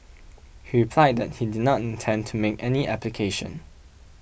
he replied that he did not intend to make any application